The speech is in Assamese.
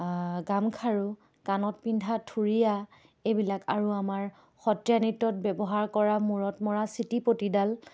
গামখাৰু কাণত পিন্ধা থুৰীয়া এইবিলাক আৰু আমাৰ সত্ৰীয়া নৃত্যত ব্যৱহাৰ কৰা মূৰত মৰা চিটিপতিডাল